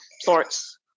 sorts